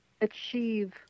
achieve